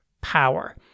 power